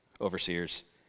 overseers